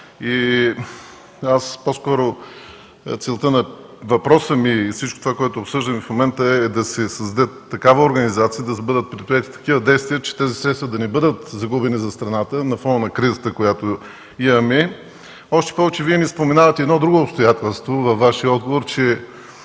сериозни. Целта на въпроса ми и всичко това, което обсъждаме в момента, е да се създаде такава организация, да бъдат предприети такива действия, че тези средства да не бъдат загубени за страната на фона на кризата, която имаме. Още повече, че и Вие не споменавате едно друго обстоятелство във Вашия отговор, че